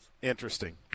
Interesting